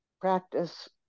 practice